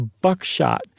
buckshot